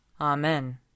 Amen